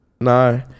No